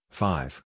five